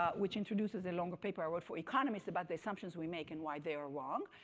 ah which introduces a longer paper i wrote for economists about the assumptions we make and why they are wrong.